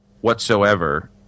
whatsoever